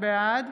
בעד